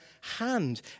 hand